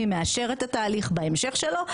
מי מאשר את התהליך בהמשך שלו,